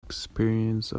experience